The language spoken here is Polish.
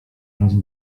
razu